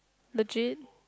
legit